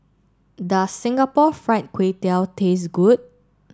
does Singapore Fried Kway Tiao taste good